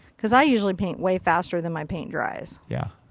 because i usually paint way faster than my paint dries. yeah.